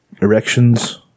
erections